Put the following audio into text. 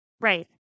Right